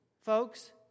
folks